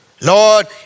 Lord